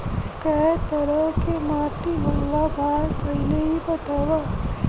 कै तरह के माटी होला भाय पहिले इ बतावा?